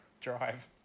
Drive